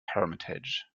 hermitage